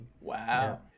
Wow